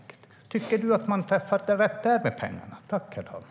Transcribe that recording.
Tycker du att pengarna träffar rätt där, Penilla Gunther?